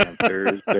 Thursday